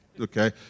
Okay